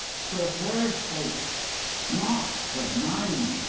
for her sake not for mine!